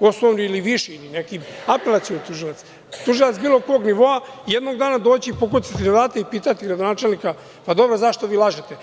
Osnovni ili Viši ili neki apelacioni tužilac, tužilac bilo kog nivoa, jednog dana doći, pokucati na vrata i pitati gradonačelnika – pa dobro, zašto vi lažete?